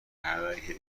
علیه